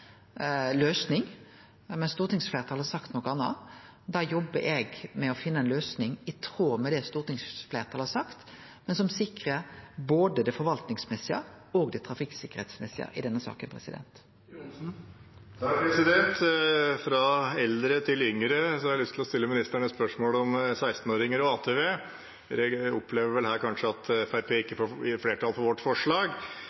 løysing. Men stortingsfleirtalet har sagt noko anna, og da jobbar eg med å finne ei løysing i tråd med det stortingsfleirtalet har sagt og som sikrar både det forvaltningsmessige og det som gjeld trafikksikkerheita i denne saka. Fra eldre til yngre – jeg har lyst til å stille statsråden et spørsmål om 16-åringer og ATV. Jeg opplever